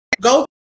go